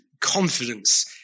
confidence